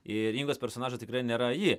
ir ingos personažai tikrai nėra ji